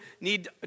need